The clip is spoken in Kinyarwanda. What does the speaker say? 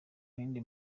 yindi